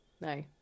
no